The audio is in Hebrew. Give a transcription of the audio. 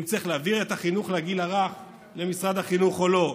אם צריך להעביר את החינוך לגיל הרך למשרד החינוך או לא,